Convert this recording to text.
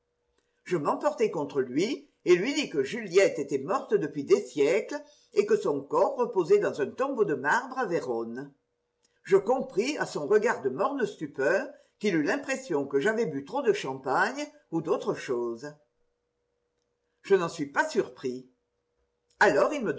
je m'emportai contre lui et lui dis que juliette était morte depuis des siècles et que son corps reposait dans un tombeau de marbre à vérone je compris à son regard de morne stupeur qu'il eut l'impression que j'avais bu trop de champagne ou d'autre chose je n'en suis pas surpris alors il me